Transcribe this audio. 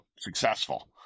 successful